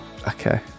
Okay